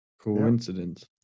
Coincidence